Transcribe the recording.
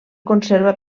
conserva